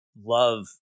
love